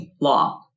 law